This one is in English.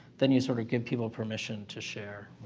then you sort of give people permission to share.